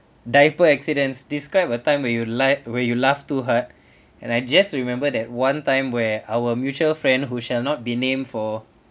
diaper accidents describe a time where you like where you laugh too hard and I just remember that one time where our mutual friend who shall not be named for